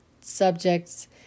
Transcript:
subjects